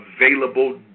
available